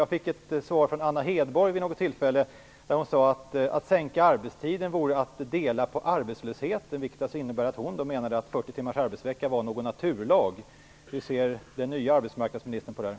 Jag fick ett svar från Anna Hedborg vid något tillfälle, då hon sade att minskad arbetstid skulle vara att dela på arbetslösheten. Det innebär att hon menade att 40 timmars arbetsvecka är något slags naturlag. Hur ser den nya arbetsmarknadsministern på detta?